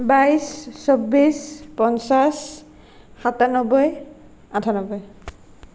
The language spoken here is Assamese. বাইছ চৌব্বিছ পঞ্চাশ সাতানব্বৈ আঠানব্বৈ